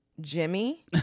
Jimmy